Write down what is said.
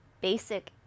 basic